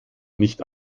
nicht